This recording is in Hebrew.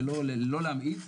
שלא להמעיט,